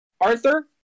Arthur